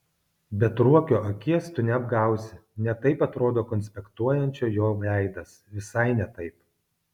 bet ruokio akies tu neapgausi ne taip atrodo konspektuojančio jo veidas visai ne taip